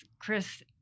Chris